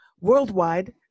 worldwide